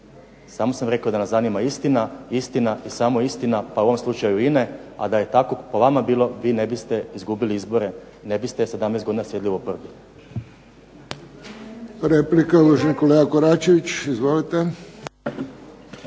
Samo sam rekao da nas zanima istina, istina i samo istina pa i u ovom slučaju INA-e, a da je tako po vama bilo vi ne biste izgubili izbore, ne biste 17 godina sjedili u oporbi.